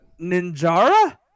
ninjara